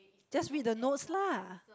just read the notes lah